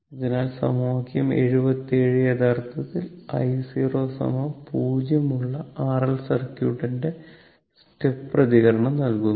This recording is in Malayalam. അതിനാൽ സമവാക്യം 77 യഥാർത്ഥത്തിൽ i0 0 ഉള്ള R L സർക്യൂട്ടിന്റെ സ്റ്റെപ്പ് പ്രതികരണം നൽകുന്നു